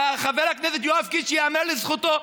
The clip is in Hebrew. חבר הכנסת יואב קיש, ייאמר לזכותו,